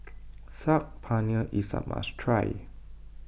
Saag Paneer is a must try